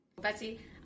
Betsy